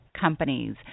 companies